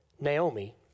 Naomi